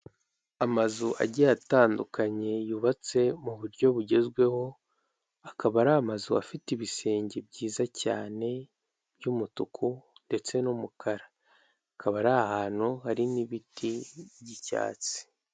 Amazu agiye atandukanye, yubatse mu buryo bugezweho, akaba ari amazu afite ibisenge byiza cyane, by'umutuku ndetse n'umukara. Akaba ari ahantu hari n'ibiti by'icyatsi.